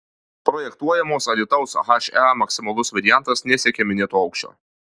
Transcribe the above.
projektuojamos alytaus he maksimalus variantas nesiekia minėto aukščio